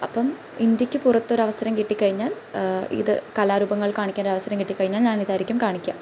അപ്പം ഇന്ഡ്യക്ക് പുറത്തൊരവസരം കിട്ടിക്കഴിഞ്ഞാല് ഇത് കലാരൂപങ്ങള് കാണിക്കാനൊരവസരം കിട്ടിക്കഴിഞ്ഞാല് ഞാന് ഇതായിരിക്കും കാണിക്കുക കാണിക്കുക